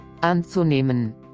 anzunehmen